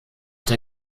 der